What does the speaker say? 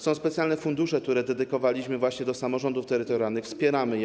Są specjalne fundusze, które dedykowaliśmy właśnie samorządom terytorialnym, wspieramy je.